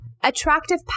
attractive